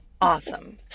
Awesome